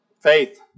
Faith